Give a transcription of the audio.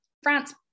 France